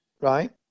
Right